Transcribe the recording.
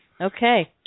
Okay